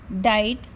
died